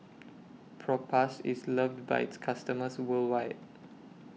Propass IS loved By its customers worldwide